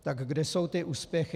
Tak kde jsou ty úspěchy?